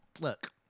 look